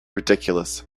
ridiculous